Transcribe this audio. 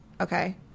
Okay